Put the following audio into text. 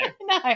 No